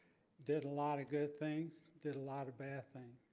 did a lot of good things did a lot of bad things.